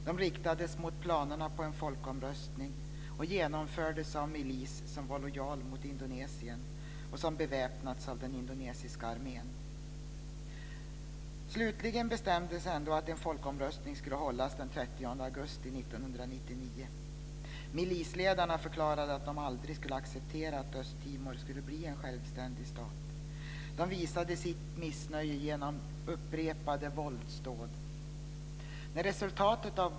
De riktades mot planerna på en folkomröstning och genomfördes av milis som var lojal mot Indonesien och som beväpnats av den indonesiska armén. Slutligen bestämdes ändå att en folkomröstning skulle hållas den 30 augusti 1999. Milisledarna förklarade att de aldrig skulle acceptera att Östtimor skulle bli en självständig stat. De visade sitt missnöje genom upprepade våldsdåd.